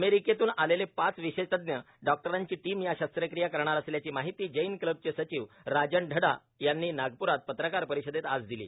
अमिरिकेतून आलेले पाच विशेषज्ञ डॉक्टर्सची टीम या शस्त्रक्रिया करणार असल्याची माहिती जैन क्लबचे सचिव राजन ढढा यांनी नागप्रात पत्रकार परिषदेत आज दिली